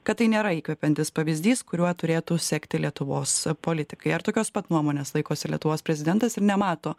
kad tai nėra įkvepiantis pavyzdys kuriuo turėtų sekti lietuvos politikai ar tokios pat nuomonės laikosi lietuvos prezidentas ir nemato